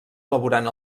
elaborant